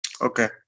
Okay